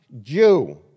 Jew